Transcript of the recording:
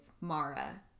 Mara